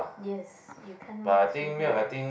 yes you can't mix with milk